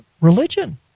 Religion